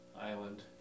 Island